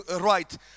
right